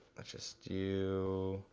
just do,